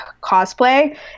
cosplay